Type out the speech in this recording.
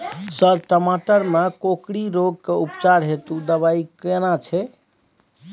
Sir टमाटर में कोकरि रोग के उपचार हेतु दवाई केना छैय?